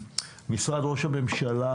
משרד ראש הממשלה,